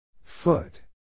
Foot